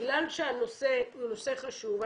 בגלל שהנושא הוא נושא חשוב,